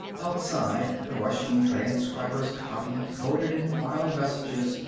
outside the rushing transcribers copied, coded and filed messages,